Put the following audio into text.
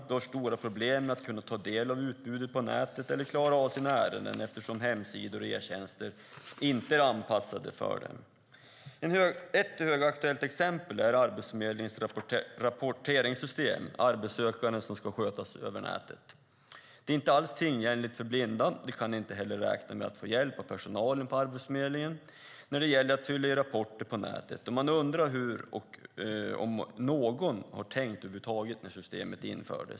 De har stora problem med att kunna ta del av utbudet på nätet eller klara av sina ärenden, eftersom hemsidor och e-tjänster inte är anpassade för dem. Ett högaktuellt exempel är Arbetsförmedlingens rapportsystem för arbetssökande som ska skötas över nätet. Det är inte alls tillgängligt för blinda. De kan inte heller räkna med att få hjälp av personalen på Arbetsförmedlingen när det gäller att fylla i rapporten. Man undrar hur och om någon har tänkt över huvud taget när systemet infördes.